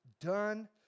done